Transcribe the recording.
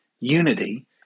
unity